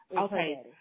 Okay